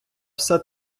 все